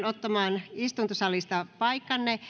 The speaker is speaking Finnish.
ottamaan istuntosalista paikkansa